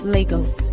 Lagos